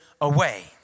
away